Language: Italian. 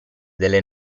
delle